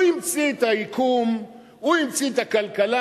הוא המציא את היקום, הוא המציא את הכלכלה.